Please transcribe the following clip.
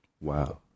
Wow